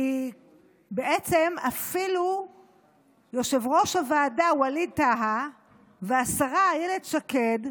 כי בעצם אפילו יושב-ראש הוועדה ווליד טאהא והשרה אילת שקד,